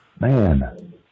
Man